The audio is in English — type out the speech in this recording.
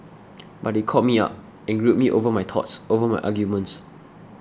but he called me up and grilled me over my thoughts over my arguments